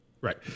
Right